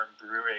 brewing